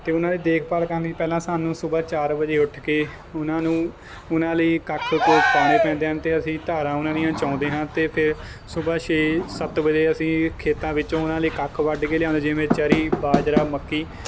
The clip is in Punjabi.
ਅਤੇ ਉਹਨਾਂ ਦੀ ਦੇਖਭਾਲ ਕਰਨ ਦੀ ਪਹਿਲਾਂ ਸਾਨੂੰ ਸੁਬਹਾ ਚਾਰ ਵਜੇ ਉੱਠ ਕੇ ਉਹਨਾਂ ਨੂੰ ਉਹਨਾਂ ਲਈ ਕੱਖ ਕ ਪਾਉਣੇ ਪੈਂਦੇ ਹਨ ਅਤੇ ਅਸੀਂ ਧਾਰਾਂ ਉਹਨਾਂ ਦੀਆਂ ਚੋਂਦੇ ਹਾਂ ਅਤੇ ਫਿਰ ਸੁਬਹਾ ਛੇ ਸੱਤ ਵਜੇ ਅਸੀਂ ਖੇਤਾਂ ਵਿੱਚੋਂ ਉਹਨਾਂ ਲਈ ਕੱਖ ਵੱਢ ਕੇ ਲਿਆਉਂਦੇ ਜਿਵੇਂ ਚਰੀ ਬਾਜਰਾ ਮੱਕੀ